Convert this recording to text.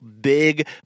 big